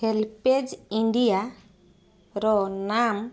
HelpAge ଇଣ୍ଡିଆର ନାମ